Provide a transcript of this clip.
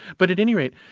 but at any rate,